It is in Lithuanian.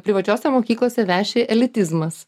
privačiose mokyklose veši elitizmas